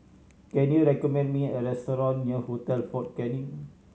can you recommend me a restaurant near Hotel Fort Canning